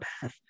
path